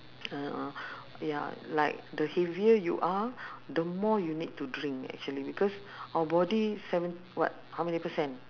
ya like the heavier you are the more you need to drink actually because our body seven what how many percent